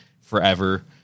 forever